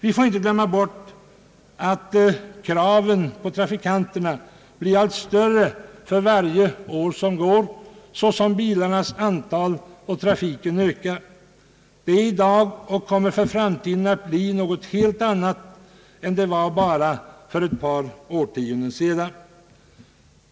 Vi får inte glömma bort att kraven på trafikanterna blir allt större för varje år, så som bilarnas antal och trafiken ökar. Detta är i dag och kommer i framtiden att bli något helt annat än det var bara för ett par årtionden sedan.